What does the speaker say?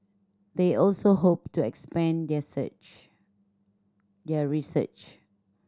they also hope to expand their search their research